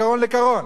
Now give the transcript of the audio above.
קרון לקרון.